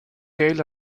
tail